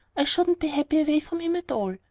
i shouldn't be happy away from him at all.